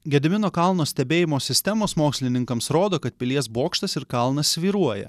gedimino kalno stebėjimo sistemos mokslininkams rodo kad pilies bokštas ir kalnas svyruoja